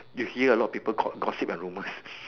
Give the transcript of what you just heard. you hear a lot of people con~ gossip and rumour